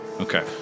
Okay